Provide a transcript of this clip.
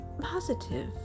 positive